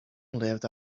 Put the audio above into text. lived